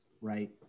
right